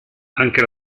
anche